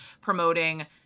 promoting